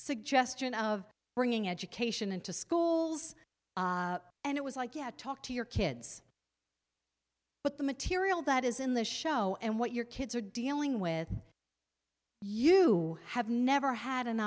suggestion of bringing education into schools and it was like yeah talk to your kids but the material that is in the show and what your kids are dealing with you have never had an